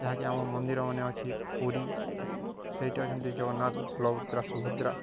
ଯାହାକି ଆମ ମନ୍ଦିର ମାନେ ଅଛି ପୁରୀ ସେଇଠି ଅଛନ୍ତି ଜଗନ୍ନାଥ ବଳଭଦ୍ର ସୁଭଦ୍ରା